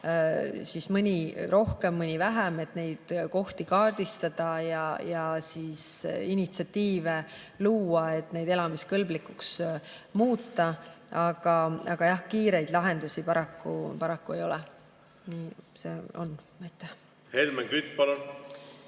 ka, mõni rohkem, mõni vähem, et neid kohti kaardistada ja initsiatiive luua, et neid elamiskõlblikuks muuta. Aga jah, kiireid lahendusi paraku ei ole. Nii see on. Aitäh!